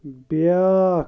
بیٛاکھ